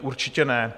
Určitě ne.